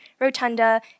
rotunda